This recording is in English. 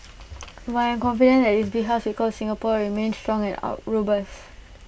but I am confident that this big house we call Singapore will remain strong and out robust